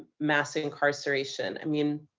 mass incarceration. i mean,